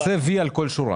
תעשה וי על כל שורה.